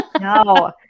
No